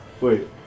Wait